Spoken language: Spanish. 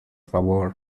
favor